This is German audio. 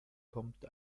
kommt